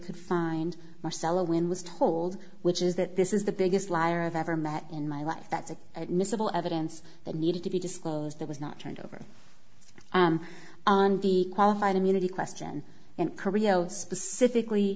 could find marcello when was told which is that this is the biggest liar i've ever met in my life that's a admissible evidence that needed to be disclosed that was not turned over on the qualified immunity question and korea specifically